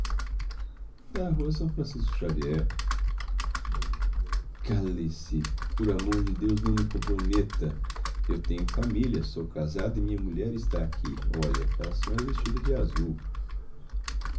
rua são francisco xavier cale-se por amor de deus não me comprometa eu tenho família sou casado e minha mulher está aqui olhe é aquela senhora vestida de azul